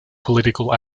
political